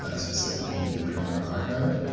ah specifically the prelinger archive.